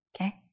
Okay